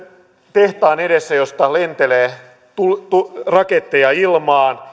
ilotulitetehtaan edessä josta lentelee raketteja ilmaan